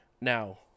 Now